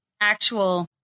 actual